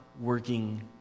working